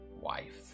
wife